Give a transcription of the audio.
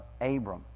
Abram